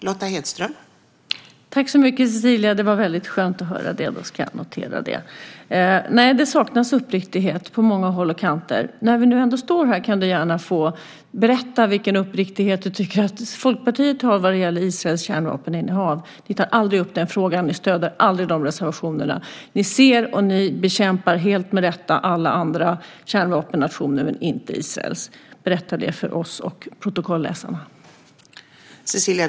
Fru talman! Tack, Cecilia, det var väldigt skönt att höra det. Då ska jag notera det. Nej, det saknas uppriktighet på många håll och kanter. När vi nu ändå står här kan du gärna få berätta vilken uppriktighet du tycker att Folkpartiet har när det gäller Israels kärnvapeninnehav. Ni tar aldrig upp den frågan, och ni stöder aldrig reservationer om det. Ni ser och ni bekämpar helt med rätta alla andra kärnvapennationer men inte Israel. Berätta det för oss och protokollsläsarna!